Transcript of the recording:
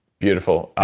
beautiful.